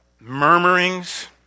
Murmurings